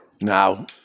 Now